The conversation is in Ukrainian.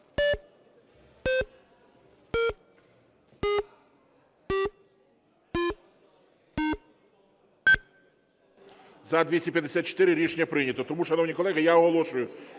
За-254 Рішення прийнято. Тому, шановні колеги, я оголошую,